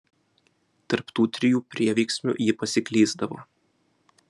tarp tų trijų prieveiksmių ji pasiklysdavo